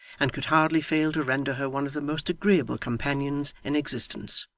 and could hardly fail to render her one of the most agreeable companions in existence.